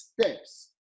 steps